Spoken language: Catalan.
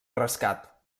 rescat